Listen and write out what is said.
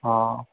हा